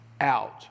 out